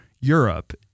Europe